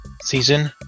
Season